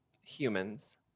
humans